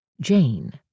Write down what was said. Jane